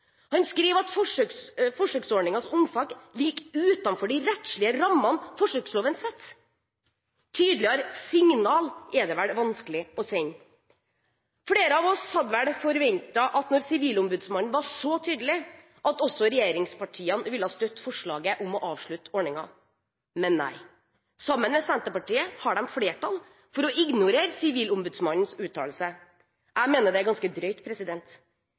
Han skriver at forsøksordningens omfang ligger utenfor de rettslige rammene forsøksloven setter. Tydeligere signal er det vel vanskelig å sende. Flere av oss hadde vel forventet at når Sivilombudsmannen var så tydelig, ville også regjeringspartiene støtte forslaget om å avslutte ordningen. Men nei, sammen med Senterpartiet har de flertall for å ignorere Sivilombudsmannens uttalelse. Jeg mener det er ganske drøyt.